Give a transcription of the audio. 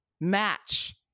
Match